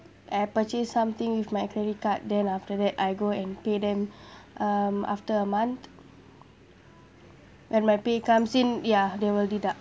I purchase something with my credit card then after that I go and pay them um after a month when my pay comes in ya they will deduct